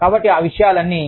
కాబట్టి ఆ విషయాలన్నీ